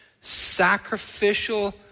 sacrificial